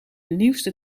nieuwste